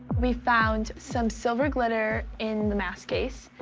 we found some silver glitter in the mask case,